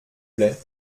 plait